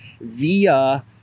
via